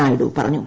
നായിഡു പറഞ്ഞു